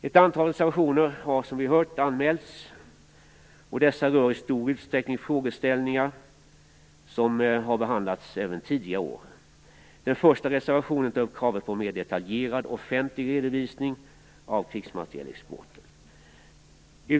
Ett antal reservationer har anmälts till utskottets betänkande. Dessa rör i stor utsträckning frågeställningar som har behandlats även tidigare år. Den första reservationen tar upp kravet på en mer detaljerad offentlig redovisning av krigsmaterielexporten.